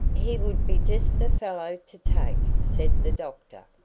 he would be just the fellow to take, said the doctor.